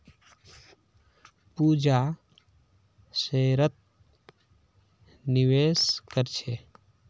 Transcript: पूजा शेयरत निवेश कर छे